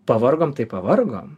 pavargom tai pavargom